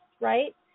right